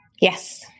yes